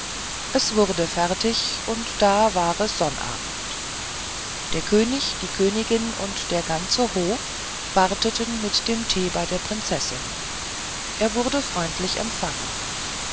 es wurde fertig und da war es sonnabend der könig die königin und der ganze hof warteten mit dem thee bei der prinzessin er wurde freundlich empfangen